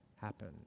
happen